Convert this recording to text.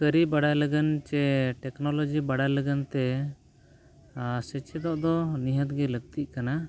ᱠᱟᱹᱨᱤ ᱵᱟᱲᱟᱭ ᱞᱟᱹᱜᱤᱫ ᱪᱮ ᱴᱮᱹᱠᱱᱳᱞᱚᱡᱤ ᱵᱟᱲᱟᱭ ᱞᱟᱹᱜᱤᱫ ᱛᱮ ᱥᱤᱪᱪᱷᱤᱛᱚ ᱫᱚ ᱱᱤᱦᱟᱹᱛ ᱜᱮ ᱞᱟᱹᱠᱛᱤ ᱠᱟᱱᱟ